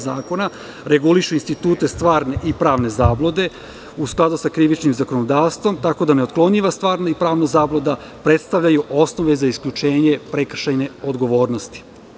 Zakona reguliše institute stvarne i pravne zablude u skladu sa krivičnim zakonodavstvom, tako da neotklonjiva stvarna i pravna zabluda predstavljaju osnove za isključenje prekršajne odgovornosti.